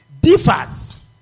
differs